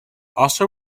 also